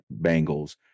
Bengals